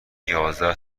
یازده